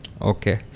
okay